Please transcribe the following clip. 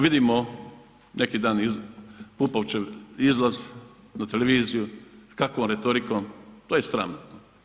Vidimo neki dan iz Pupovčev izlaz na televiziju kakvom retorikom, to je sramotno.